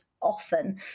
often